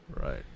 Right